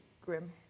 grim